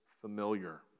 familiar